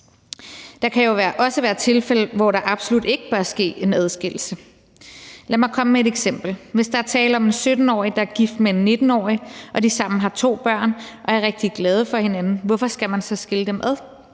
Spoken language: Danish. Der kan jo også være tilfælde, hvor der absolut ikke bør ske en adskillelse. Lad mig komme med et eksempel. Hvis der er tale om en 17-årig, der er gift med en 19-årig, og de sammen har to børn og er rigtig glade for hinanden, hvorfor skal man så skille dem ad?